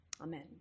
Amen